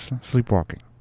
Sleepwalking